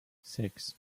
sechs